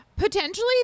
Potentially